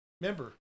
Remember